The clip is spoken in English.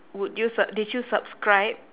would you su~ did you subscribe